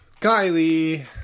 Kylie